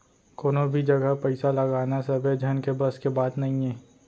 कोनो भी जघा पइसा लगाना सबे झन के बस के बात नइये